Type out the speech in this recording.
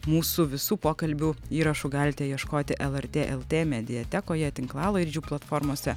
mūsų visų pokalbių įrašų galite ieškoti lrt lt mediatekoje tinklalaidžių platformose